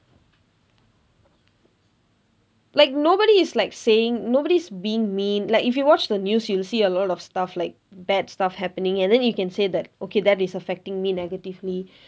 like nobody is like saying nobody is being mean like if you watch the news you'll see a lot of stuff like bad stuff happening and then you can say that okay that is affecting me negatively